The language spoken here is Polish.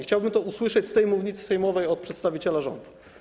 Chciałbym to usłyszeć z tej mównicy sejmowej od przedstawiciela rządu.